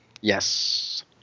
Yes